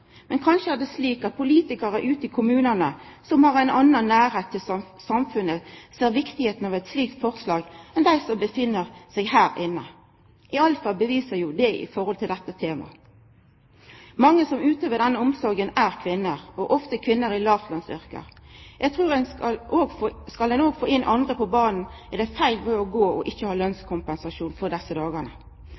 Kanskje er det slik at politikarane ute i kommunane som har ein annan nærleik til samfunnet, ser på eit slikt forslag som meir viktig enn dei som er her inne? I alle fall viser dette temaet det. Mange som utøver denne omsorga, er kvinner, og ofte kvinner i låglønsyrke. Skal ein få inn andre på banen, er det ein feil veg å gå ikkje å ha lønskompensasjon for desse dagane.